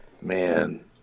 Man